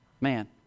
man